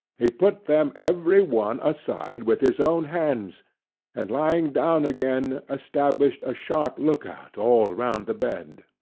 he put them every one aside with his own hands and lying down again, established a sharp look-out all round the bed.